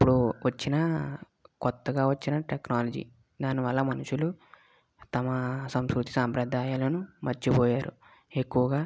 ఇప్పుడు వచ్చిన కొత్తగా వచ్చిన టెక్నాలజీ దానివల్ల మనుషులు తమ సంస్కృతి సంప్రదాయాలను మర్చిపోయారు ఎక్కువగా